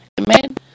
Amen